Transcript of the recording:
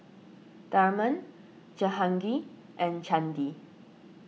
Tharman Jehangirr and Chandi